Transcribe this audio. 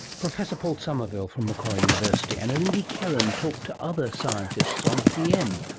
professor paul somerville from macquarie university. and lindy kerin talked to other scientists on pm,